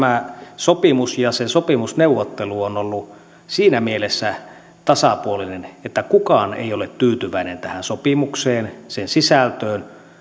tämä sopimus ja sopimusneuvottelu ovat olleet siinä mielessä tasapuolisia että kukaan ei ole tyytyväinen tähän sopimukseen sen sisältöön